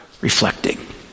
reflecting